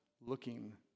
looking